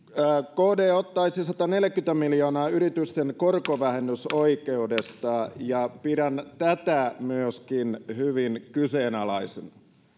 kd ottaisi sataneljäkymmentä miljoonaa yritysten korkovähennysoikeudesta ja pidän tätä myöskin hyvin kyseenalaisena